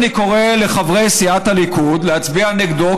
אני קורא לחברי סיעת הליכוד להצביע נגדו,